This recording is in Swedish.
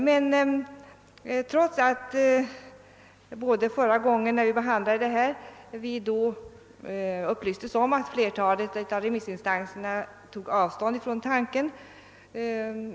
Då motioner om införande av ett system med medborgarvittnen förra gången behandlades tog flertalet remissinstanser som yttrade sig avstånd från tanken.